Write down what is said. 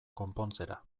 konpontzera